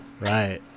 Right